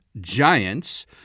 giants